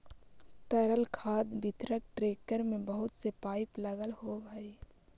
तरल खाद वितरक टेंकर में बहुत से पाइप लगल होवऽ हई